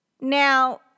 Now